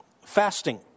fasting